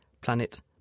planet